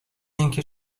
اینکه